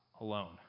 alone